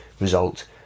result